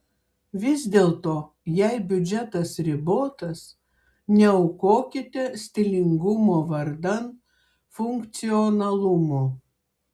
vis dėlto jei biudžetas ribotas neaukokite stilingumo vardan funkcionalumo